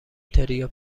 تریا